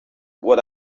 what